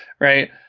right